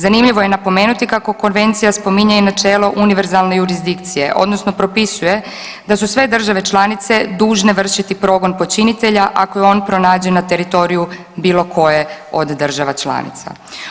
Zanimljivo je napomenuti kako Konvencija spominje i načelo univerzalne jurisdikcije, odnosno propisuje da su sve države članice dužne vršiti progon počinitelja ako je on pronađen na teritoriju bilo koje od država članica.